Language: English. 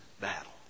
battle